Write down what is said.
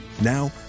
Now